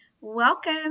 Welcome